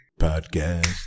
Podcast